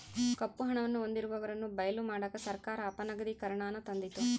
ಕಪ್ಪು ಹಣವನ್ನು ಹೊಂದಿರುವವರನ್ನು ಬಯಲು ಮಾಡಕ ಸರ್ಕಾರ ಅಪನಗದೀಕರಣನಾನ ತಂದಿತು